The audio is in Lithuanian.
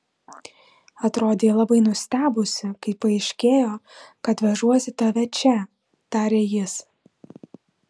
atrodei labai nustebusi kai paaiškėjo kad vežuosi tave čia tarė jis